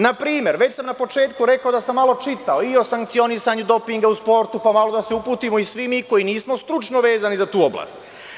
Na primer, već sam na početku rekao da sam malo čitao i o sankcionisanju dopinga u sportu, pa malo da se uputimo i svi mi koji nismo stručno vezani za tu oblast.